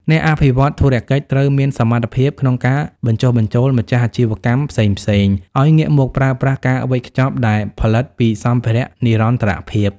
អ្នកអភិវឌ្ឍន៍ធុរកិច្ចត្រូវមានសមត្ថភាពក្នុងការបញ្ចុះបញ្ចូលម្ចាស់អាជីវកម្មផ្សេងៗ ឱ្យងាកមកប្រើប្រាស់ការវេចខ្ចប់ដែលផលិតពីសម្ភារៈនិរន្តរភាព។